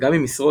וגם אם ישרוד,